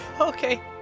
okay